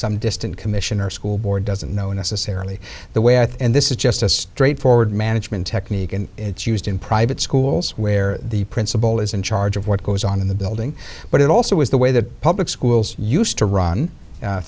some distant commission or school board doesn't know necessarily the way i think this is just a straight forward management technique and it's used in private schools where the principal is in charge of what goes on in the building but it also is the way that public schools used to run